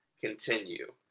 continue